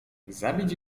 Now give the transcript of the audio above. zabić